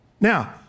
Now